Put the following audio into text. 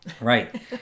Right